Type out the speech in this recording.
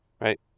right